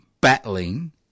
battling